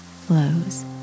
flows